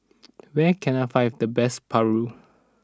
where can I find the best Paru